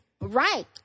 Right